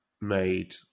made